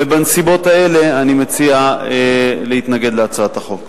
ובנסיבות האלה אני מציע להתנגד להצעת החוק.